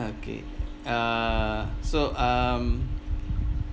okay err so um